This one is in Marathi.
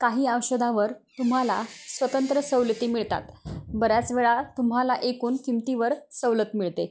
काही औषधांवर तुम्हाला स्वतंत्र सवलती मिळतात बऱ्याच वेळा तुम्हाला एकूण किमतीवर सवलत मिळते